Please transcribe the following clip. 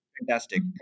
fantastic